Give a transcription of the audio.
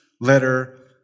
letter